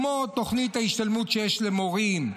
כמו תוכנית ההשתלמות שיש למורים,